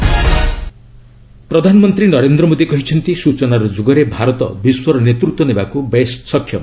take summit ପ୍ରଧାନମନ୍ତ୍ରୀ ନରେନ୍ଦ୍ର ମୋଦୀ କହିଛନ୍ତି ସୂଚନାର ଯୁଗରେ ଭାରତ ବିଶ୍ୱର ନେତୃତ୍ୱ ନେବାକୁ ବେଶ୍ ସକ୍ଷମ